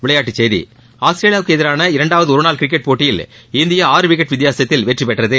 விளைபாட்டுச் செய்தி ஆஸ்திரேலியாவுக்கு எதிரான இரண்டாவது ஒருநாள் கிரிக்கெட் போட்டியில் இந்தியா ஆறு விக்கெட் வித்தியாசத்தில் வெற்றி பெற்றது